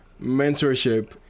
mentorship